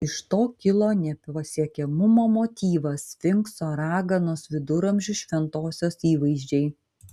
iš to kilo nepasiekiamumo motyvas sfinkso raganos viduramžių šventosios įvaizdžiai